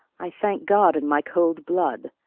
i thank god and my cold blood,